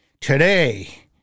Today